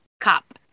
cop